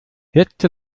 letzte